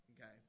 Okay